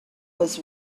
was